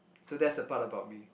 so that's the part about me